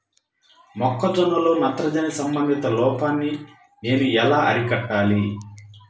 మొక్క జొన్నలో నత్రజని సంబంధిత లోపాన్ని నేను ఎలా అరికట్టాలి?